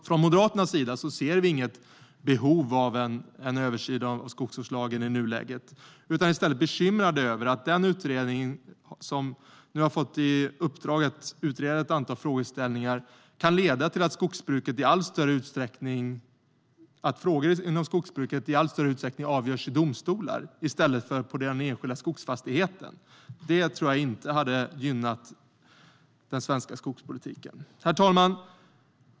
Från Moderaternas sida ser vi inte behovet av en översyn av skogsvårdslagen i nuläget utan är i stället bekymrade över att utredningen fått i uppdrag att utreda ett antal frågeställningar som kan leda till att beslut om skogsbruket i allt större utsträckning avgörs i domstolar i stället för på den enskilda skogsfastigheten. Det skulle inte gynna den svenska skogspolitiken. Herr talman!